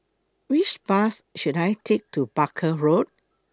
Which Bus should I Take to Barker Road